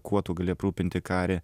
kuo tu gali aprūpinti karį